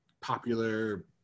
popular